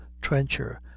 trencher